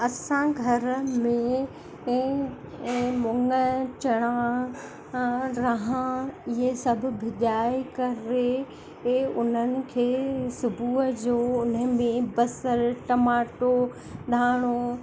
असां घर में ऐं मुङु चणा रहां इहे सभु भिॼाए करे ऐ उन्हनि खे सुबुह जो उनमें बसरि टमाटो धाणो